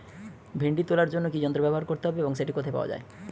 ভিন্ডি তোলার জন্য কি যন্ত্র ব্যবহার করতে হবে এবং সেটি কোথায় পাওয়া যায়?